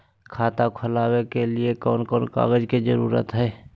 खाता खोलवे के लिए कौन कौन कागज के जरूरत है?